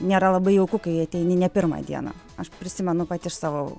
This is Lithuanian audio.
nėra labai jauku kai ateini ne pirmą dieną aš prisimenu pati iš savo